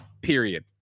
period